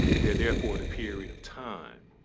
they're there for a period of time.